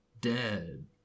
dead